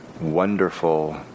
wonderful